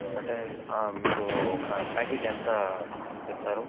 అంటే మీరు ఒక ప్యాకెట్ ఎంత చెప్తారు